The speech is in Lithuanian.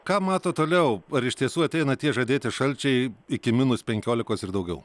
ką mato toliau ar iš tiesų ateina tie žadėti šalčiai iki minus penkiolikos ir daugiau